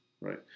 right